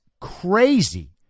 crazy